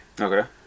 okay